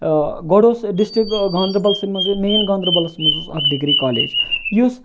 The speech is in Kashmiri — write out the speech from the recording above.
گۄڈٕ اوس ڈِسٹرک گاندَربَلسٕے مَنٛز مین گانٛدَربَلَس مَنٛز اوس اَکھ ڈِگری کالیج یُس